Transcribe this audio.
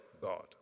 God